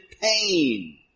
pain